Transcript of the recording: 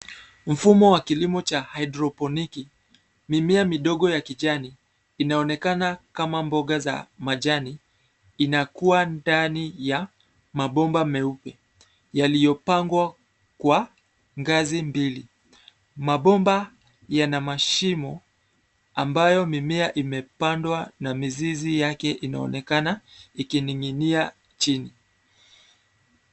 Mfumo wa kilimo cha hydroponic mimea midogo ya kijani inaonekana kama mboga za majani inakua ndani ya mabomba meupe yaliyo pangwa kwa ngazi mbili, mabomba yana mashimo ambayo mimea imepandwa na mizizi yake inaonekana ikininginia chini.